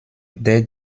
der